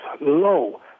low